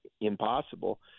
impossible